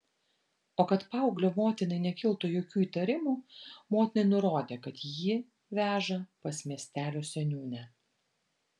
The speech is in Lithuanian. o kad paauglio motinai nekiltų jokių įtarimų motinai nurodė kad jį veža pas miestelio seniūnę